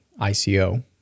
ICO